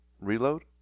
Reload